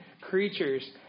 creatures